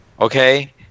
Okay